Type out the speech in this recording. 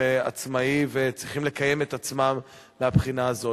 עצמאי וצריכים לקיים את עצמם מהבחינה הזאת.